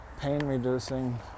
pain-reducing